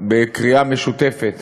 בקריאה משותפת